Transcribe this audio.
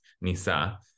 nisa